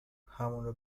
همونو